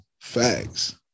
Facts